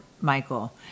Michael